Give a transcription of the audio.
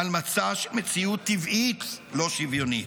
על מצע של מציאות טבעית לא שוויונית.